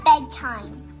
bedtime